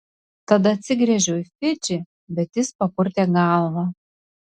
tada atsigręžiau į fidžį bet jis papurtė galvą